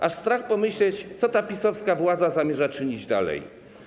Aż strach pomyśleć, co ta PiS-owska władza zamierza czynić dalej.